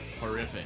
Horrific